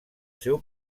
seu